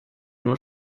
nur